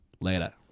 Later